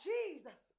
Jesus